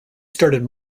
started